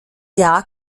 jahr